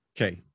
Okay